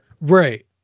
Right